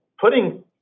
putting